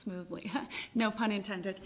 smoothly no pun intended